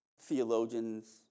theologians